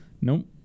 nope